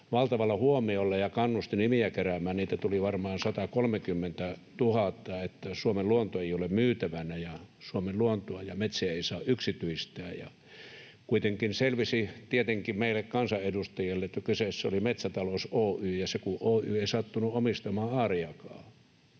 valtavaa huomiota ja kannusti keräämään nimiä, niitä tuli varmaan 130 000, että Suomen luonto ei ole myytävänä ja Suomen luontoa ja metsiä ei saa yksityistää. Kuitenkin selvisi tietenkin meille kansanedustajille, että kyseessä oli Metsätalous Oy, ja se oy kun ei sattunut omistamaan aariakaan.